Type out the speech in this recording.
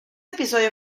episodio